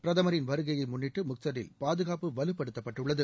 பிரதமரின் வருகையை முன்னிட்டு முக்சரில் பாதுகாப்பு வலுப்படுத்தப்பட்டு உள்ளது